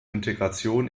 integration